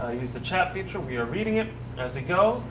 use the chat feature, we are reading it as we go.